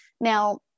Now